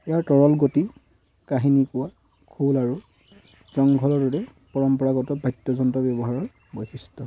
ইয়াৰ তৰল গতি কাহিনী কোৱা খোল আৰু দৰে পৰম্পৰাগত বাদ্যযন্ত্ৰ ব্যৱহাৰৰ বৈশিষ্ট্য